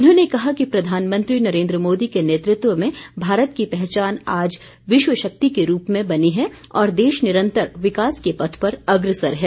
उन्होंने कहा कि प्रधानमंत्री नरेन्द्र मोदी के नेतृत्व में भारत की पहचान आज विश्व शक्ति के रूप में बनी है और देश निरंतर विकास के पथ पर अग्रसर है